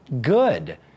good